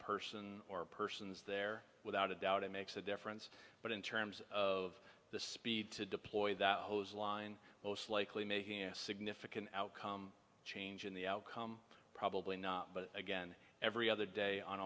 person or persons there without a doubt it makes a difference but in terms of the speed to deploy that hose line most likely making a significant change in the outcome probably not but again every other day on